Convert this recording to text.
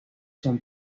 son